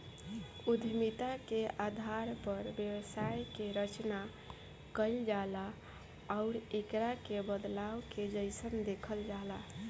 उद्यमिता के आधार पर व्यवसाय के रचना कईल जाला आउर एकरा के बदलाव के जइसन देखल जाला